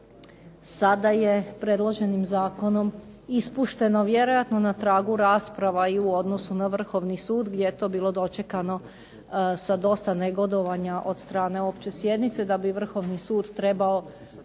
Sada je predloženim zakonom ispušteno vjerojatno na tragu rasprava i u odnosu na Vrhovni sud gdje je to bilo dočekano sa dosta negodovanja od strane opće sjednice, da bi Vrhovni sud trebao